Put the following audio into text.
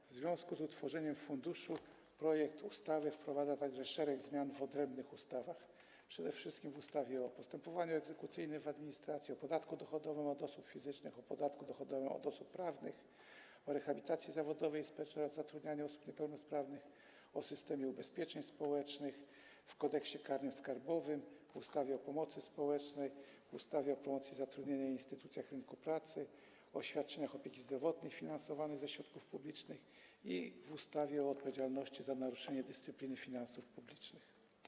W związku z utworzeniem funduszu projekt ustawy wprowadza także szereg zmian w odrębnych ustawach, przede wszystkim w ustawie o postępowaniu egzekucyjnym w administracji, w ustawie o podatku dochodowym od osób fizycznych, w ustawie o podatku dochodowym od osób prawnych, w ustawie o rehabilitacji zawodowej i społecznej oraz zatrudnianiu osób niepełnosprawnych, w ustawie o systemie ubezpieczeń społecznych, w Kodeksie karnym skarbowym, w ustawie o pomocy społecznej, w ustawie o promocji zatrudnienia i instytucjach rynku pracy, w ustawie o świadczeniach opieki zdrowotnej finansowanych ze środków publicznych i w ustawie o odpowiedzialności za naruszenie dyscypliny finansów publicznych.